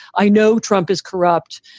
i know trump is corrupt.